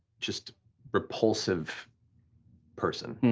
just repulsive person.